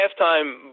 halftime